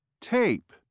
Tape